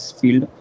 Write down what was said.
field